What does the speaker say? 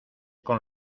con